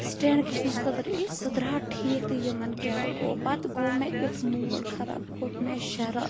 stand kitchens خٲطرٕ ییٚلہِ سُہ درٛاو ٹھیٖک تہٕ یِمَن کیٛاہ گوٚو پَتہٕ گوٚو مےٚ یُتھ موٗڈ خراب کھوٚت مےٚ شرار